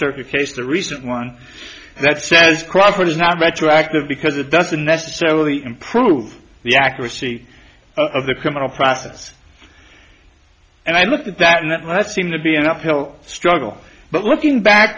case the recent one that says crawford is not retroactive because it doesn't necessarily improve the accuracy of the criminal process and i looked at that and that's seems to be an uphill struggle but looking back